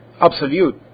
absolute